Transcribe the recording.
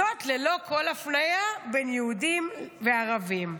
זאת ללא כל אפליה בין יהודים וערבים.